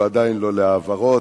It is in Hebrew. הוא עדיין לא להעברות,